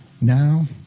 Now